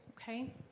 Okay